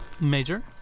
Major